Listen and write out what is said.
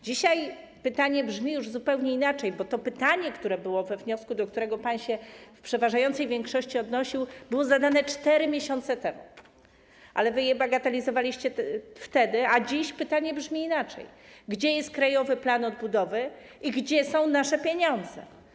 Dzisiaj pytanie brzmi już zupełnie inaczej, bo to pytanie, które było we wniosku, do którego pan się w przeważającej większości odnosił, było zadane 4 miesiące temu, ale wtedy je bagatelizowaliście, a dziś pytanie brzmi inaczej: Gdzie jest Krajowy Plan Odbudowy i gdzie są nasze pieniądze?